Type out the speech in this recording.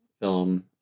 film